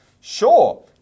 Sure